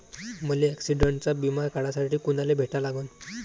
मले ॲक्सिडंटचा बिमा काढासाठी कुनाले भेटा लागन?